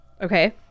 Okay